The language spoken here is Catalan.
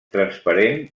transparent